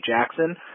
Jackson